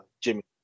Jimmy